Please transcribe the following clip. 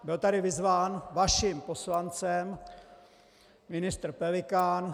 Byl tady vyzván vaším poslancem ministr Pelikán.